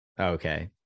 Okay